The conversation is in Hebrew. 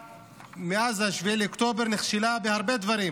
מאז 7 באוקטובר היא נכשלה בהרבה דברים.